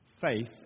faith